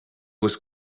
was